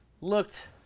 looked –